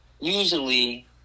usually